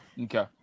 okay